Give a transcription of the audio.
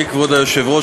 כבוד השר,